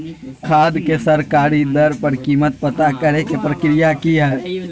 खाद के सरकारी दर पर कीमत पता करे के प्रक्रिया की हय?